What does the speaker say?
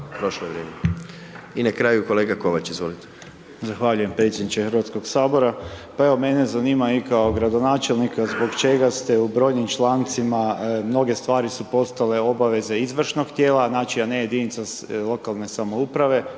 je na redu kolega Žagar, izvolite.